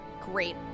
great